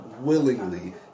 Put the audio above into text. willingly